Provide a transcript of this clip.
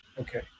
Okay